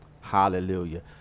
Hallelujah